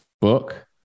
book